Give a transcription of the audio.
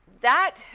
that-